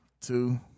two